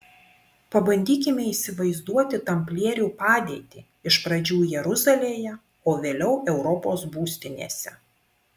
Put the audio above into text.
pabandykime įsivaizduoti tamplierių padėtį iš pradžių jeruzalėje o vėliau europos būstinėse